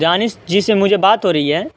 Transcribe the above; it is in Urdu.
دانش جی سے مجھے بات ہو رہی ہے